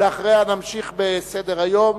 ואחריה נמשיך בסדר-היום.